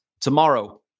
tomorrow